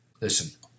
Listen